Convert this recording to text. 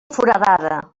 foradada